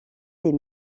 des